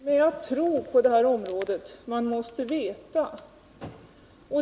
Herr talman! Det räcker inte med att tro på det här området.